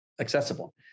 accessible